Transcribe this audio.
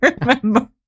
remember